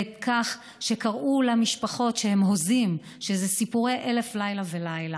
שקראו למשפחות הוזות, שזה סיפורי אלף לילה ולילה,